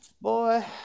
Boy